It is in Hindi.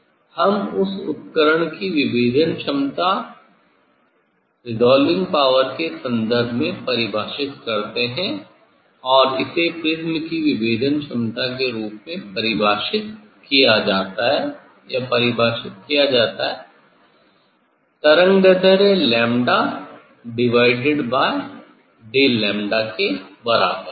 उसे हम उपकरण की विभेदन क्षमता के संदर्भ में परिभाषित करते हैं और इसे प्रिज्म की विभेदन क्षमता के रूप में परिभाषित किया जाता है या परिभाषित किया जाता है तरंगदैर्ध्य '𝝺' डिवाइडेड बाई 'Δ𝝺' के बराबर